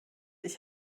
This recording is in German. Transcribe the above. ich